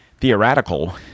theoretical